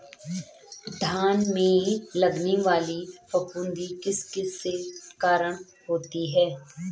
धान में लगने वाली फफूंदी किस किस के कारण होती है?